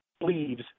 leaves